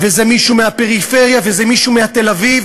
וזה מישהו מהפריפריה וזה מישהו מתל-אביב,